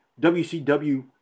WCW